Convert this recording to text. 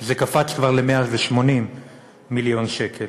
זה קפץ כבר ל-180 מיליון שקל.